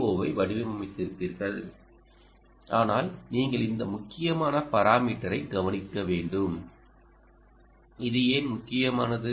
ஓவை வடிவமைத்திருப்பீர்கள் ஆனால் நீங்கள் இந்த முக்கியமான பாராமீட்டரைக் கவனிக்க வேண்டும் இது ஏன் முக்கியமானது